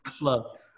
love